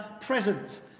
present